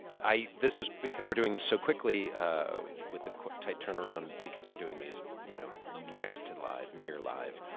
i this is, because we're doing this so quickly with the tight turnaround because we're doing these, you know, next to live, near live,